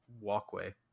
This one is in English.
walkway